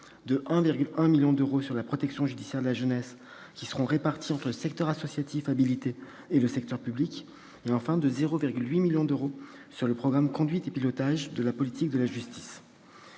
de 1,1 million d'euros sur la protection judiciaire de la jeunesse, somme qui sera répartie entre le secteur associatif habilité et le secteur public, et de 0,8 million d'euros sur le programme « Conduite et pilotage de la politique de la justice